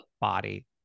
body